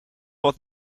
wat